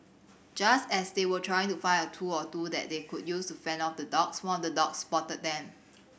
just as they were trying to find a tool or two that they could use to fend off the dogs one of the dogs spotted them